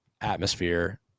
atmosphere